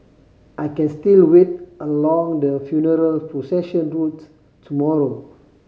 I can still wait along the funeral procession route tomorrow